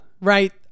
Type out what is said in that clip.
Right